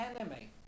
enemy